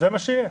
זה מה שיהיה.